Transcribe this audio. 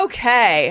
Okay